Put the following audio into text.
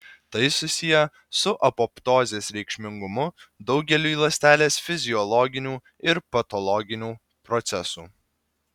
tai susiję su apoptozės reikšmingumu daugeliui ląstelės fiziologinių ir patologinių procesų